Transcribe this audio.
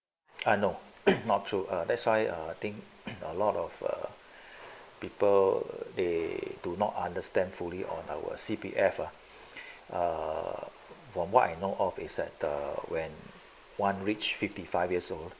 uh no not true that's why I think a lot of people they do not understand fully on our C_P_F ah from what I know of is that uh when one reach fifty five years old